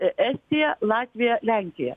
estija latvija lenkija